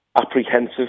apprehensive